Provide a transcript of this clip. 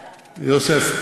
אוקיי.